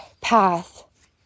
path